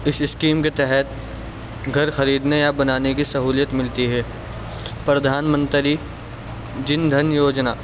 اس scheme کے تحت گھر خریدنے یا بنانے کی سہولت ملتی ہے پردھان منتری جن دھن یوجنا